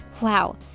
Wow